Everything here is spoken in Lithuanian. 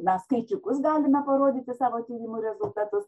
mes skaičiukus galime parodyti savo tyrimų rezultatus